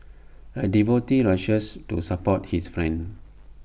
A devotee rushes to support his friend